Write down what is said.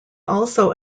also